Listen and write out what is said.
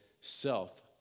self